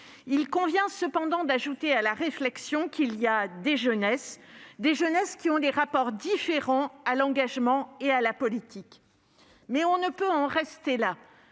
Il convient cependant d'ajouter à la réflexion qu'il y a des jeunesses, qui ont des rapports différents à l'engagement et à la politique. Mais on ne peut en rester là,